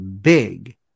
big